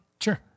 Sure